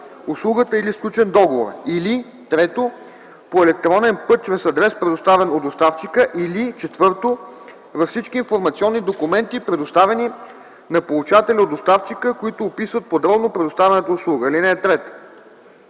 услугата или е сключен договорът, или 3. по електронен път чрез адрес, предоставен от доставчика, или 4. във всички информационни документи, предоставени на получателя от доставчика, които описват подробно предоставяната услуга. (3) По искане